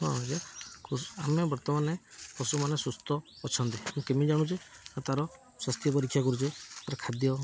କ'ଣ ଯେ ଆମେ ବର୍ତ୍ତମାନ ପଶୁମାନେ ସୁସ୍ଥ ଅଛନ୍ତି ମୁଁ କେମିତି ଜାଣୁଛେ ନା ତାର ସ୍ୱାସ୍ଥ୍ୟ ପରୀକ୍ଷା କରୁଛେ ତାର ଖାଦ୍ୟ